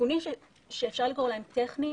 תיקונים שאפשר לקרוא להם טכניים,